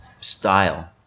style